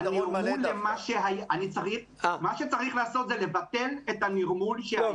מה שצריך לעשות זה לבטל את הנרמול שהיה.